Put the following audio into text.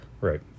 Right